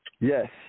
Yes